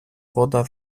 woda